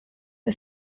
are